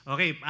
Okay